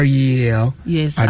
Yes